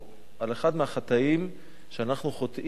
על אחד מהחטאים שאנחנו חוטאים פה,